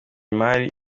imari